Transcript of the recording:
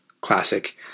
classic